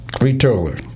retailer